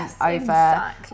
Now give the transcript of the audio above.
over